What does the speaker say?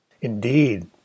Indeed